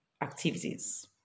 activities